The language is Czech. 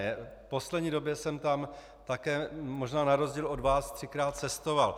V poslední době jsem tam také, možná na rozdíl od vás, třikrát cestoval.